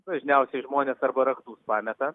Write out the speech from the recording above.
dažniausiai žmonės arba raktus pameta